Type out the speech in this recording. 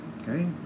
okay